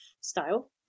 style